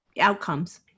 outcomes